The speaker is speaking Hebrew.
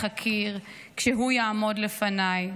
איך אכיר / כשהוא יעמוד לפניי?